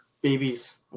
babies